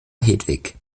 hedwig